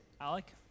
Alec